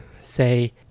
say